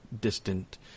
distant